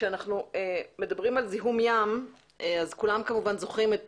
כשאנחנו מדברים על זיהום ים אז כולם כמובן זוכרים את